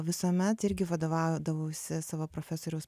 visuomet irgi vadovaudavausi savo profesoriaus